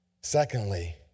Secondly